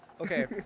Okay